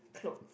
clothes